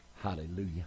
Hallelujah